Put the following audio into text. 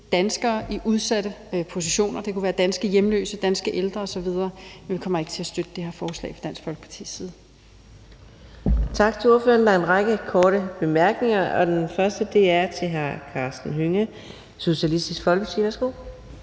danskere i udsatte positioner. Det kunne være danske hjemløse, danske ældre osv., men vi kommer ikke til at støtte det her forslag fra Dansk Folkepartis side. Kl. 21:11 Fjerde næstformand (Karina Adsbøl): Tak til ordføreren. Der er en række korte bemærkninger, og den første er til hr. Karsten Hønge, Socialistisk Folkeparti. Værsgo.